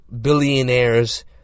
billionaires